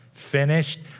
finished